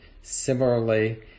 similarly